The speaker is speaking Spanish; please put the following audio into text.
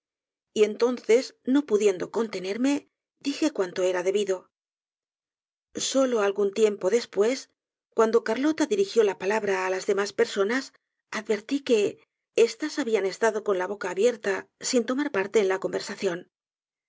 y entonces no pudiendo contenerme dije cuanto era debido solo algún tiempo después y cuando carlota dirigió la palabra á las demás personas advertí que estas habian estado con la boca abierta sin tomar parte en la conversación